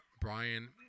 Brian